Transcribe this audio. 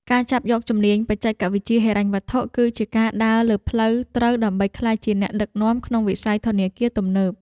ការចាប់យកជំនាញបច្ចេកវិទ្យាហិរញ្ញវត្ថុ គឺជាការដើរលើផ្លូវត្រូវដើម្បីក្លាយជាអ្នកដឹកនាំក្នុងវិស័យធនាគារទំនើប។